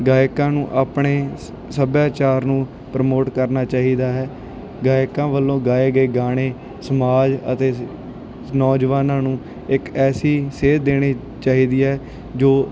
ਗਾਇਕਾਂ ਨੂੰ ਆਪਣੇ ਸੱਭਿਆਚਾਰ ਨੂੰ ਪ੍ਰਮੋਟ ਕਰਨਾ ਚਾਹੀਦਾ ਹੈ ਗਾਇਕਾਂ ਵੱਲੋਂ ਗਾਏ ਗਏ ਗਾਣੇ ਸਮਾਜ ਅਤੇ ਨੌਜਵਾਨਾਂ ਨੂੰ ਇੱਕ ਐਸੀ ਸੇਧ ਦੇਣੀ ਚਾਹੀਦੀ ਹੈ ਜੋ